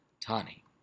Tani